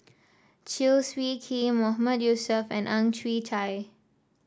Chew Swee Kee Mahmood Yusof and Ang Chwee Chai